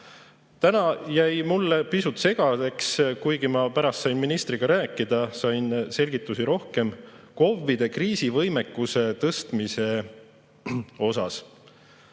Täna jäi mulle pisut segaseks, kuigi ma pärast sain ministriga rääkida ja sain rohkem selgitusi KOV‑ide kriisivõimekuse tõstmise kohta.